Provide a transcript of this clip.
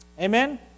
Amen